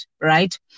right